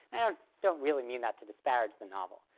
i don't don't really mean that to disparage the novel,